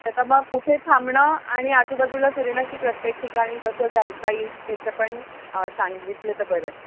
ते ता मग कुठे थांबणं आणि आजूबाजूला फिरणं की प्रत्येक ठिकाणी कसं जाता येईल त्याचं पण सांगितलं तर बरं आहे